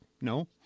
no